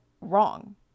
wrong